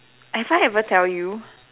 have I ever tell you